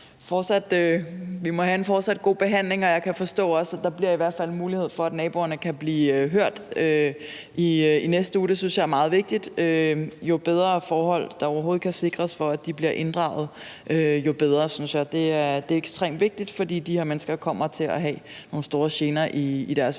have en god behandling, og jeg kan forstå, at der bliver mulighed for, at naboerne kan blive hørt i næste uge, og det synes jeg er meget vigtigt, for jo bedre forhold, der overhovedet kan sikres for, at de bliver inddraget, jo bedre. Det er ekstremt vigtigt, for de her mennesker kommer til at have nogle store gener i deres hverdag,